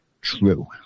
True